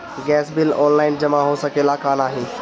Gas bill online जमा हो सकेला का नाहीं?